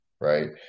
right